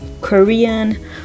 Korean